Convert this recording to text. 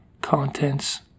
contents